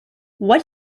what